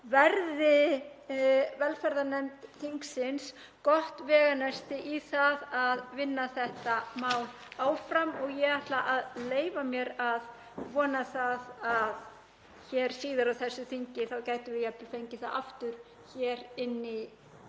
verði velferðarnefnd þingsins gott veganesti í það að vinna þetta mál áfram. Ég ætla að leyfa mér að vona að síðar á þessu þingi gætum við jafnvel fengið það aftur inn í